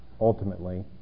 ultimately